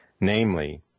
namely